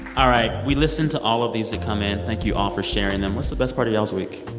all right. we listen to all of these that come in. thank you all for sharing them. what's the best part of y'all's week?